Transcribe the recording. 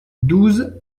douze